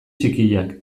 txikiak